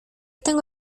tengo